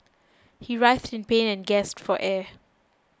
he writhed in pain and gasped for air